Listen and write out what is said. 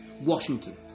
Washington